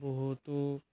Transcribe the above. বহুতো